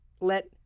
let